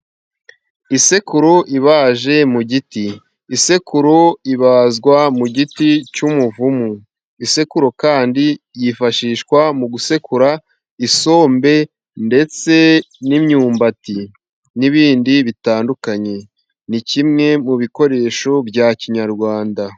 Isekuru ibaje mu giti, isekuru ibazwa mu giti cy'umuvumu isekuru kandi yifashishwa, mu gusekura isombe ndetse n'imyumbati, n'ibindi bitandukanye ni kimwe mu bikoresho bya kinyarwanda.